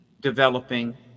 developing